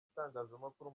itangazamakuru